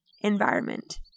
environment